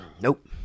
Nope